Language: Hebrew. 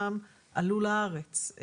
אני יודעת רק מהמפלגה שלי שב-50 ערים בארץ יש כבר